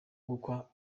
gukwa